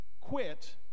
quit